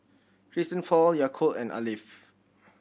Christian Paul Yakult and Alf